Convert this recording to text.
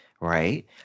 right